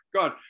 God